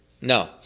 No